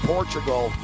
Portugal